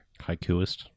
Haikuist